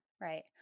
Right